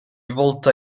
volta